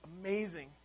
amazing